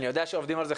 אני יודע שעובדים על זה,